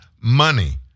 money